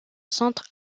centre